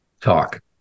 talk